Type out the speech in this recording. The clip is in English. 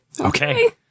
Okay